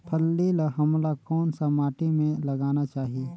फल्ली ल हमला कौन सा माटी मे लगाना चाही?